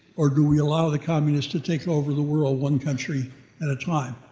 or do we allow the communists to take over the world one country at a time?